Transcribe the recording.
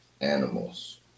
animals